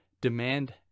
Demand